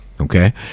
Okay